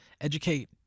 educate